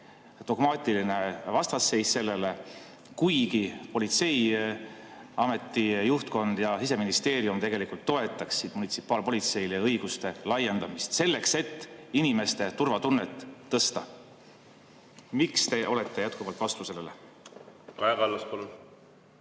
dogmaatiline vastasseis sellele, kuigi politseiameti juhtkond ja Siseministeerium toetaksid munitsipaalpolitsei õiguste laiendamist, selleks et inimeste turvatunnet tõsta. Miks te olete jätkuvalt sellele vastu?